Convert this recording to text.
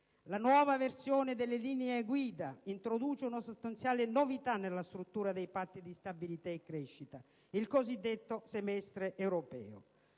La nuova versione delle linee guida introduce una sostanziale novità nella struttura dei patti di stabilità e crescita: il cosiddetto semestre europeo.